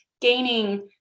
gaining